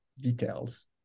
details